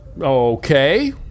Okay